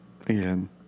again